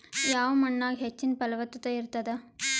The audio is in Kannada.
ಯಾವ ಮಣ್ಣಾಗ ಹೆಚ್ಚಿನ ಫಲವತ್ತತ ಇರತ್ತಾದ?